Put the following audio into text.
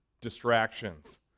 Distractions